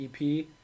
EP